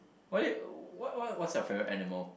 why you what what what's your favourite animal